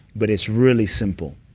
but it's really simple.